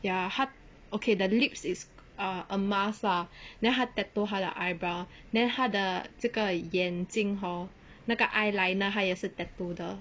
ya 她 okay the lips is ah a must lah then 她 tattoo 她的 eyebrow then 她的这个眼睛 hor 那个 eyeliner 她也是 tattoo 的